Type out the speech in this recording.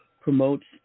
promotes